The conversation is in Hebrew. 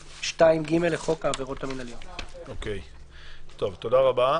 2(ג) לחוק העבירות המינהליות." תודה רבה.